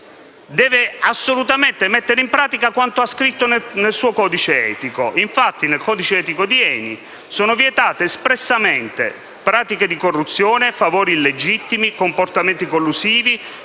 debba assolutamente mettere in pratica quanto ha scritto nel proprio codice etico. Infatti, nel codice etico di ENI sono vietate espressamente «pratiche di corruzione, favori illegittimi, comportamenti collusivi,